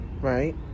Right